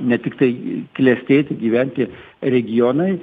ne tiktai klestėti gyventi regionai